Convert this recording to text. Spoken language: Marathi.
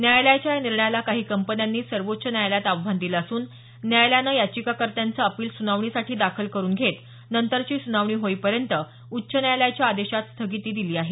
न्यायालयाच्या या निर्णयाला काही कंपन्यांनी सर्वोच्च न्यायालयात आव्हान दिलं असून न्यायालयानं याचिकाकत्यांचं अपिल सुनावणीसाठी दाखल करुन घेत नंतरची सुनावणी होईपर्यंत उच्च न्यायालयाच्या आदेशास स्थगिती दिली आहे